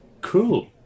Cool